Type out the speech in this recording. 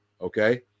okay